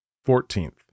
Fourteenth